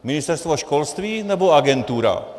Ministerstvo školství, nebo agentura?